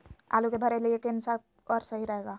आलू के भरे के लिए केन सा और सही रहेगा?